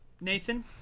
Nathan